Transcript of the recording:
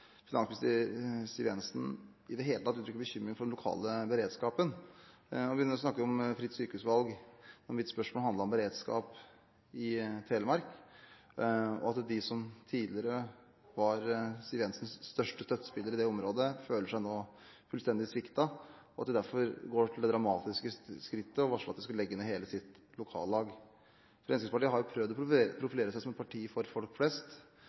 hele tatt uttrykker bekymring for den lokale beredskapen, men begynner å snakke om fritt sykehusvalg når mitt spørsmål handlet om beredskap i Telemark, og om at de som tidligere var Siv Jensens største støttespillere i det området, nå føler seg fullstendig sviktet og derfor går til det dramatiske skritt å varsle at de skal legge ned hele sitt lokallag. Fremskrittspartiet har jo prøvd å profilere seg som et parti for folk flest.